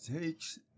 takes